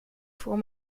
voor